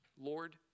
Lord